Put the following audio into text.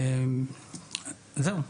זהו.